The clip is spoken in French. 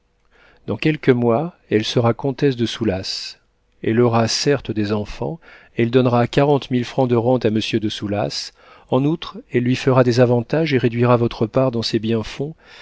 dans quelques mois elle sera comtesse de soulas elle aura certes des enfants elle donnera quarante mille francs de rentes à monsieur de soulas en outre elle lui fera des avantages et réduira votre part dans ses biens-fonds